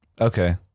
Okay